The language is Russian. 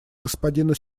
господину